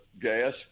gas